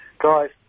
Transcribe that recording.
Guys